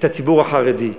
הציבור החרדי פרטנרים.